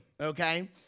okay